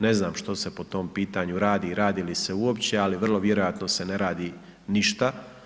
Ne znam što se po tom pitanju radi i radi li se uopće ali vrlo vjerojatno se ne radi n išta.